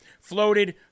floated